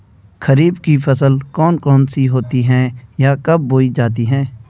खरीफ की फसल कौन कौन सी होती हैं यह कब बोई जाती हैं?